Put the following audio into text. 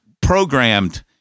programmed